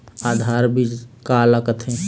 आधार बीज का ला कथें?